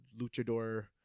luchador